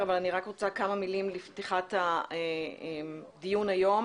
אבל אני רק רוצה כמה מילים לפתיחת הדיון היום